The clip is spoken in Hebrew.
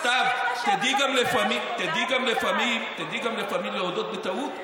סתיו, תדעי גם לפעמים להודות בטעות ולהתנצל.